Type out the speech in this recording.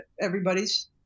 everybody's